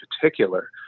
particular